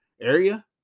area